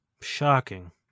Shocking